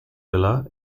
villa